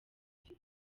afite